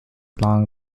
along